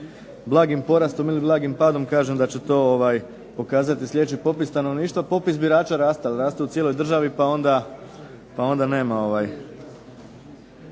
blagim porastom ili blagim padom kažem da će to pokazati sljedeći popis stanovništva. Popis birača raste, ali raste u cijelo državi pa onda nema